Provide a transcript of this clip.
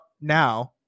now